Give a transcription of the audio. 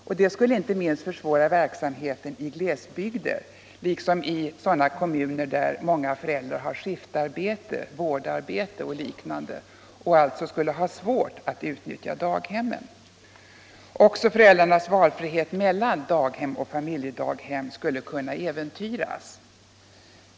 Detta skulle öka problemen inte minst i glesbygder liksom i sådana kommuner där många föräldrar har skiftarbete, vårdarbete och liknande och därför svårligen kan utnyttja daghemmen. Också föräldrarnas valfrihet mellan daghem och familjedaghem skulle kunna äventyras.